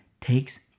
takes